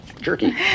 jerky